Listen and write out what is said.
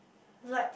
like